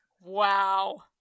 Wow